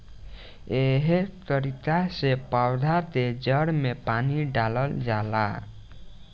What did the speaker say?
एहे तरिका से पौधा के जड़ में पानी डालल जाला